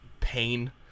pain